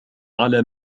على